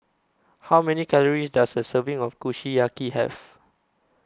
How Many Calories Does A Serving of Kushiyaki Have